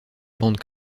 bande